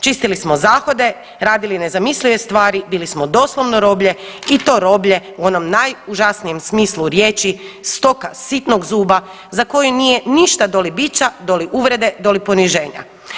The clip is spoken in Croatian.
Čistili smo zahode, radili nezamislive stvari, bili smo doslovno roblje i to roblje u onom najužasnijem smislu riječi, stoka sitnog zuba, za koju nije ništa doli biča, doli uvrede, doli poniženja.